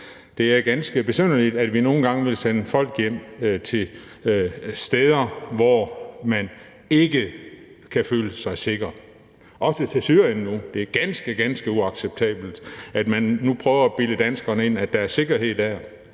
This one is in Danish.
Det er ganske besynderligt, at vi nogle gange vil sende folk hjem til steder, hvor de ikke kan føle sig sikre – også til Syrien nu. Det er ganske, ganske uacceptabelt, at man nu prøver at bilde danskerne ind, at der er sikkerhed i